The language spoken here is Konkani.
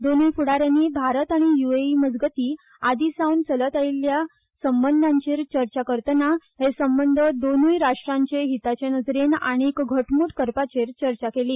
दोनुय फुडाऱ्यानी भारत आनी युएई मजगती आदिसांवन चलत आयिल्ल्या संबंधांचेर चर्चा करतना हे संबंध दोनुय राष्ट्रांचे हिताचे नदरेन आनीक घटमुट करपाचेर चर्चा केली